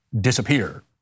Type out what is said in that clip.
disappear